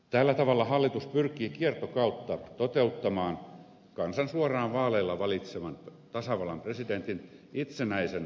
tällä tavalla hallitus pyrkii kiertokautta toteuttamaan kansan suoraan vaaleilla valitseman tasavallan presidentin itsenäisen päätösvallan riistämisen